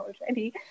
already